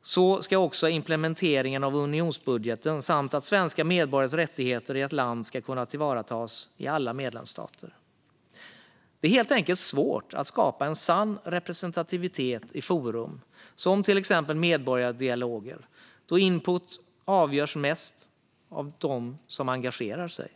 Detsamma gäller implementeringen av unionsbudgeten och att svenska medborgares rättigheter i ett land ska kunna tillvaratas i alla medlemsstater. Det är helt enkelt svårt att skapa en sann representativitet i forum som till exempel medborgardialoger då input avgörs mest av dem som engagerar sig.